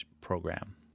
program